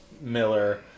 Miller